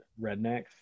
rednecks